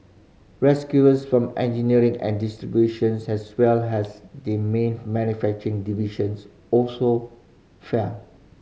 from engineering and distributions as well as the man manufacturing divisions also fell